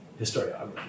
historiography